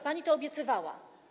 Pani to obiecywała.